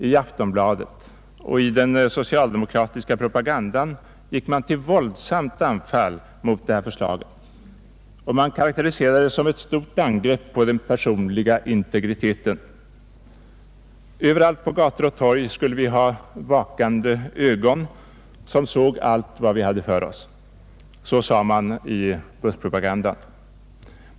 I Aftonbladet och i den socialdemokratiska propagandan gick man till våldsamt anfall mot detta förslag, som man karakteriserade som ett stort angrepp på den personliga integriteten. Överallt på gator och torg skulle vi ha vakande ögon som såg allt vad vi hade för oss, sades det i buskpropagandan.